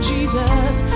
Jesus